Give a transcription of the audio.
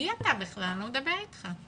לא מדברים אתך.